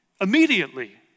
Immediately